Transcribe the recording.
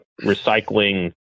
recycling